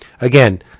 again